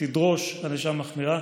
תדרוש ענישה מחמירה.